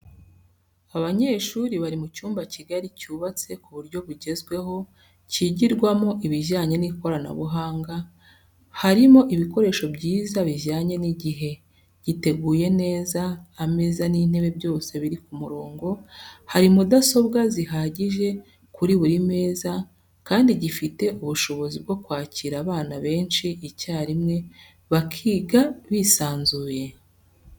Abanyeshuri bari mu cyumba kigari cyubatse ku buryo bwugezweho, kigirwamo ibijyanye n'ikoranabuhanga, harimo ibikoresho byiza bijyanye n'igihe, giteguye neza, ameza n'intebe byose biri ku murongo, hari mudasobwa zihagije kuri buri meza kandi gifite ubushobozi bwo kwakira abana benshi icyarimwe bakiga bisanzuye.